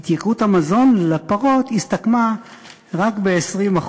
התייקרות המזון לפרות הסתכמה רק ב-20%.